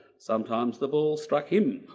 sometimes the ball struck him.